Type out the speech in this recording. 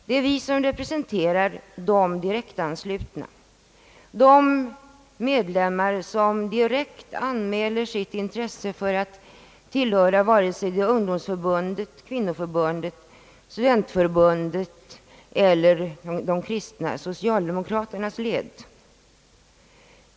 Det är vi som representerar de direktanslutna, de medlemmar som direkt anmäler sitt intresse att tillhöra ungdomsförbundet, :kvinnoförbundet, studentförbundet eller de kristna socialdemokraternas led.